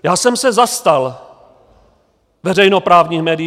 Já jsem se zastal veřejnoprávních médií.